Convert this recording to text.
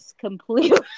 completely